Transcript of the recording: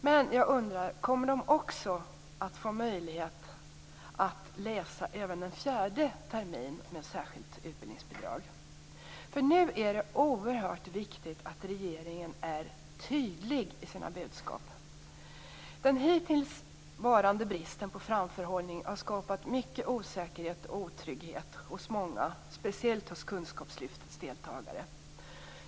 Men jag undrar om de också kommer att få möjlighet att läsa även en fjärde termin med särskilt utbildningsbidrag. Nu är det oerhört viktigt att regeringen är tydlig i sina budskap. Den hittillsvarande bristen på framförhållning har skapat mycket osäkerhet och otrygghet hos många, speciellt bland kunskapslyftets deltagare.